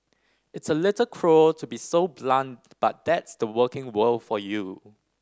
it's a little cruel to be so blunt but that's the working world for you